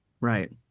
Right